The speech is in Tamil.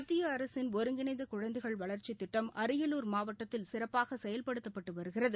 மத்திய அரசின் ஒருங்கிணைந்த குழந்தைகள் வளர்ச்சித் திட்டம் அரியலூர் மாவட்டத்தில் சிறப்பாக செயல்படுத்தப்பட்டு வருகிறது